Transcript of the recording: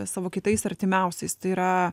savo kitais artimiausiais tai yra